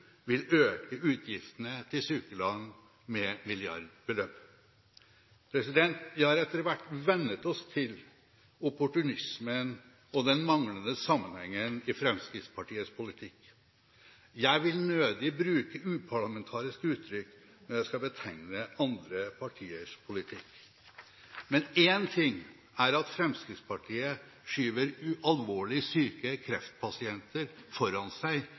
vil øke utgiftene til sykelønn med milliardbeløp. Vi har etter hvert vennet oss til opportunismen og den manglende sammenhengen i Fremskrittspartiets politikk. Jeg vil nødig bruke uparlamentariske uttrykk når jeg skal betegne andre partiers politikk. Én ting er at Fremskrittspartiet skyver alvorlig syke kreftpasienter foran seg